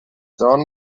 جان